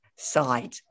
side